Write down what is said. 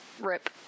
Rip